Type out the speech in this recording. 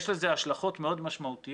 יש לזה השלכות מאוד משמעותיות,